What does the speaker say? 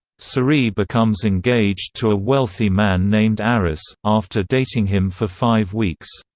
cerie becomes engaged to a wealthy man named aris, after dating him for five weeks.